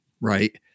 right